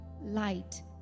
light